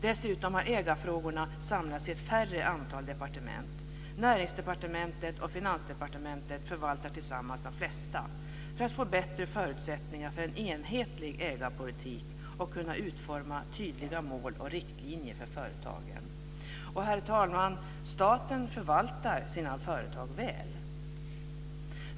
Dessutom har ägarfrågorna samlats i färre departement - Näringsdepartementet och Finansdepartementet förvaltar tillsammans de flesta - för att man ska få bättre förutsättningar för en enhetlig ägarpolitik och kunna utforma tydliga mål och riktlinjer för företagen. Herr talman! Staten förvaltar sina företag väl!